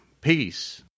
Peace